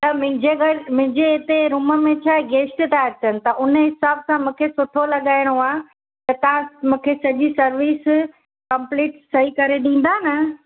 त मुंहिंजे घर मुंहिंजे हिते रूम में गेस्ट था अचनि तव्हां हुन हिसाबु सां मूंखे सुठो लॻाइणो आहे त तव्हां मूंखे सॼी सर्विस कंप्लीट सही करे ॾींदा न